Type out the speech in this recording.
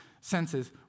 senses